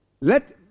Let